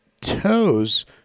toes